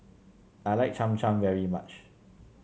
I like Cham Cham very much